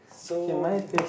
so uh